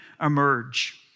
emerge